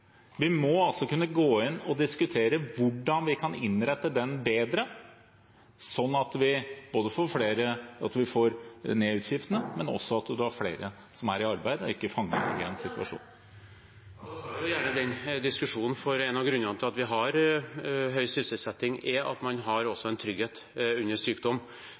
Vi må kunne gå inn og diskutere hvordan vi kan innrette den bedre, sånn at vi får ned utgiftene, men også at det er flere som er i arbeid og ikke er fanget opp i en sånn situasjon. Vi tar gjerne den diskusjonen, for en av grunnene til at vi har høy sysselsetting, er at man også har en trygghet under sykdom.